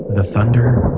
the thunder.